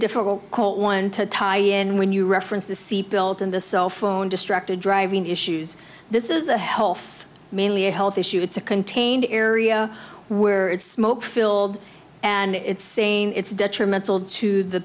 difficult one to tie in when you reference the sea built in the cellphone distracted driving issues this is a health mainly a health issue it's a contained area where it's smoke filled and it's saying it's detrimental to the